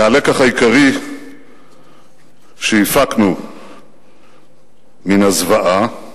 והלקח העיקרי שהפקנו מן הזוועה,